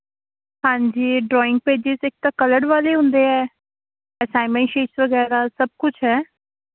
ਹਾਂਜੀ drawing pages ਇੱਕ ਤਾਂ ਕਲਰਡ ਵਾਲੇ ਹੁੰਦੇ ਹੈ ਅਸਾਈਮੈਂਟ ਸ਼ੀਟਸ ਵਗੈਰਾ ਸਭ ਕੁਛ ਹੈ